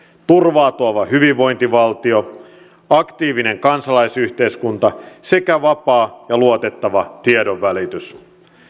turvaa tuova hyvinvointivaltio aktiivinen kansalaisyhteiskunta sekä vapaa ja luotettava tiedonvälitys